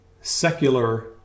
secular